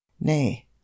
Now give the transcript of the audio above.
nay